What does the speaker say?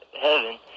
heaven